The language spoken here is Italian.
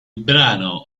brano